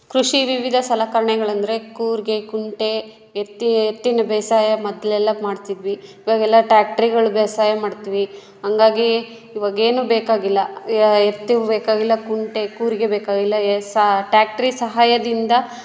ಕೃಷಿ ವಿವಿಧ ಸಲಕರಣೆಗಳೆಂದ್ರೆ ಕೂರಿಗೆ ಕುಂಟೆ ಎತ್ತಿ ಎತ್ತಿಂದ ಬೇಸಾಯ ಮೊದಲೆಲ್ಲ ಮಾಡ್ತಿದ್ವಿ ಇವಾಗೆಲ್ಲ ಟ್ಯಾಕ್ಟ್ರಿಗಳು ಬೇಸಾಯ ಮಾಡ್ತ್ವಿ ಹಂಗಾಗಿ ಇವಾಗೇನು ಬೇಕಾಗಿಲ್ಲ ಯ ಎತ್ತು ಬೇಕಾಗಿಲ್ಲ ಕುಂಟೆ ಕೂರಿಗೆ ಬೇಕಾಗಿಲ್ಲ ಎಸ್ ಆ ಟ್ಯಾಕ್ಟ್ರಿ ಸಹಾಯದಿಂದ